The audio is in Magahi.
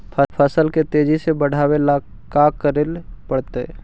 फसल के तेजी से बढ़ावेला का करे पड़तई?